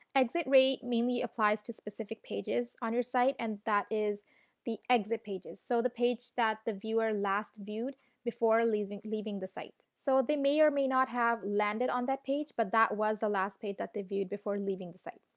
exit rate mainly applies to specific pages on your site and that is the exit pages. so the page that the viewer last viewed before leaving leaving the site. so, they may or may not have landed on that page but that was the last page they viewed before leaving the site.